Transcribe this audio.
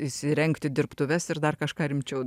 įsirengti dirbtuves ir dar kažką rimčiau